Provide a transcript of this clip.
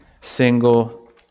single